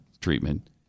treatment